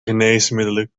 geneesmiddelen